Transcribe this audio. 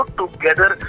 together